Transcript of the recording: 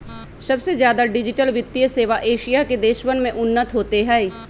सबसे ज्यादा डिजिटल वित्तीय सेवा एशिया के देशवन में उन्नत होते हई